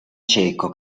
cieco